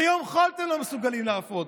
ביום חול אתם לא מסוגלים לעבוד.